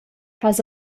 fas